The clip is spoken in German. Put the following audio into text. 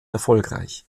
erfolgreich